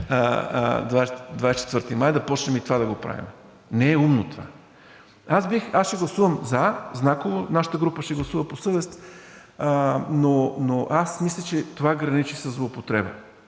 24 май, да започнем и това да правим. Не е умно това. Аз ще гласувам за знаково, нашата група ще гласува по съвест, но мисля, че това предложение граничи със злоупотреба,